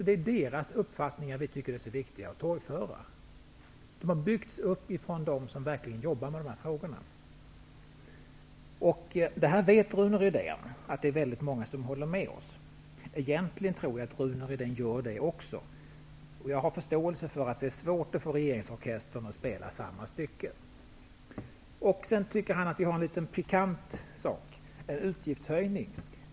Det är deras uppfattningar som vi tycker är så viktiga att torgföra. Vårt förslag har byggts upp av erfarenheter hos dem som verkligen jobbar med de här frågorna. Rune Rydén vet att det finns många som håller med oss. Egentligen tror jag att Rune Rydén gör det också. Jag har förståelse för att det är svårt att få regeringsorkestern att spela samma stycke. Rune Rydén tycker att det finns en litet pikant del i vårt förslag, en utgiftshöjning.